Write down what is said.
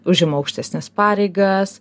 užima aukštesnes pareigas